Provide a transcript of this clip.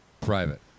Private